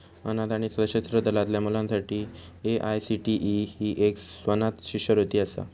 अनाथ आणि सशस्त्र दलातल्या मुलांसाठी ए.आय.सी.टी.ई ही एक स्वनाथ शिष्यवृत्ती असा